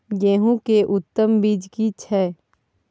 गेहूं के उत्तम बीज की छै?